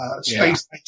space